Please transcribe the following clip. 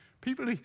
People